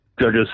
judges